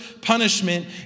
punishment